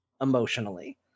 emotionally